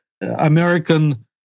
American